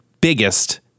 biggest